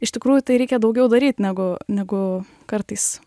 iš tikrųjų tai reikia daugiau daryt negu negu kartais